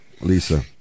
Lisa